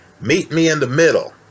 meet-me-in-the-middle